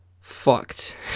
fucked